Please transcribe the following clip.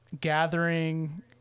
gathering